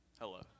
Hello